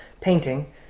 painting